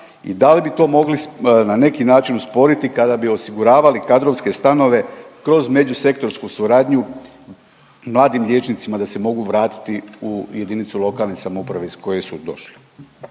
i da li bi to mogli na neki način usporiti kada bi osiguravali kadrovske stanove kroz međusektorsku suradnju mladim liječnicima da se mogu vratiti u jedinicu lokalne samouprave iz koje su došli.